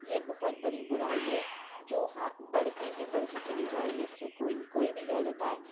یہ بہت بڑی برائی ہے جو ہا بڑھتی ہی بڑھتی چلی جا رہی ہے اس سے کوئی کوئی بھی کہہ دیتا ہے